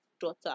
daughter